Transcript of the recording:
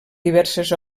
diverses